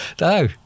No